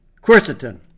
Quercetin